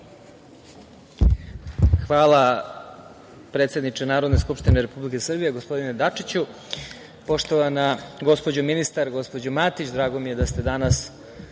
Hvala, predsedniče Narodne skupštine Republike Srbije, gospodine Dačiću. Poštovana gospođo ministar, gospođo Matić, drago mi je da ste danas